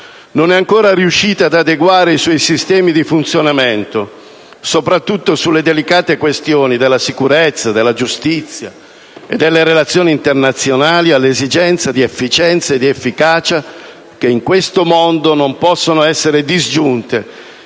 non è ancora riuscita ad adeguare i suoi sistemi di funzionamento, soprattutto sulle delicate questioni della sicurezza, della giustizia e delle relazioni internazionali, alle esigenze di efficienza e di efficacia che in questo mondo non possono essere disgiunte